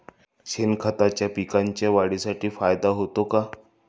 शेणखताचा पिकांच्या वाढीसाठी फायदा होतो का?